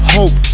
Hope